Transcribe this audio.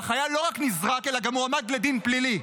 והחייל לא רק נזרק אלא גם הועמד לדין פלילי.